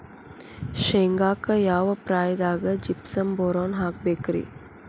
ಶೇಂಗಾಕ್ಕ ಯಾವ ಪ್ರಾಯದಾಗ ಜಿಪ್ಸಂ ಬೋರಾನ್ ಹಾಕಬೇಕ ರಿ?